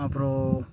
அப்புறம்